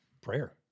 prayer